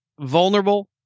vulnerable